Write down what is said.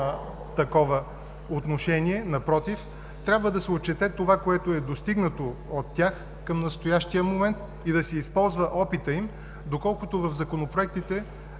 такова отношение, напротив трябва да се отчете достигнатото от тях към настоящия момент и да се използва опитът им, доколкото в законопроектите